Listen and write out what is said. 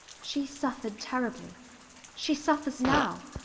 she suffered terribly she suffers now.